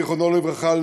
זיכרונו לברכה,